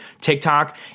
TikTok